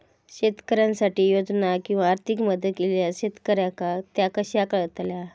शेतकऱ्यांसाठी योजना किंवा आर्थिक मदत इल्यास शेतकऱ्यांका ता कसा कळतला?